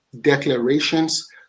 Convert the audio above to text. declarations